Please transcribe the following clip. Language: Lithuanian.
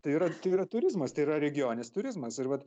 tai yra tai yra turizmas tai yra regioninis turizmas ir vat